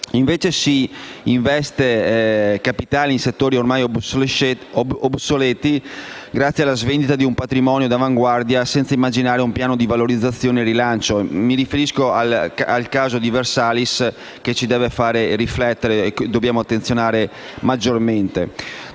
Invece si investono capitali in settori ormai obsoleti grazie alla svendita di un patrimonio di avanguardia senza immaginare un piano di valorizzazione e rilancio; mi riferisco al caso Versalis, che deve farci riflettere e che dobbiamo maggiormente